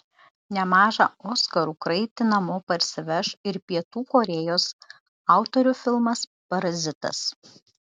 nemažą oskarų kraitį namo parsiveš ir pietų korėjos autorių filmas parazitas